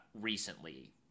recently